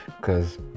Cause